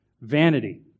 vanity